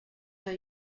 are